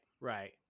Right